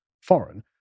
foreign